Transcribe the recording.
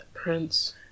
prince